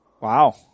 Wow